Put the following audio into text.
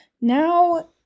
Now